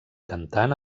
cantant